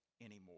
anymore